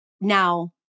Now